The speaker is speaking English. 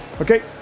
Okay